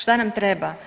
Šta nam treba?